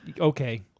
Okay